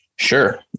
sure